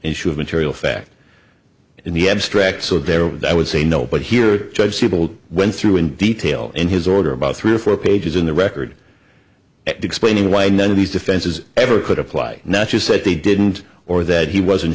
issue of material fact in the abstract so there i would say no but here judge people went through in detail in his order about three or four pages in the record and explaining why none of these defenses ever could apply not just that they didn't or that he wasn't